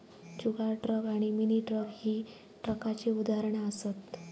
जुगाड truck आणि mini truck ही ट्रकाची उदाहरणा असत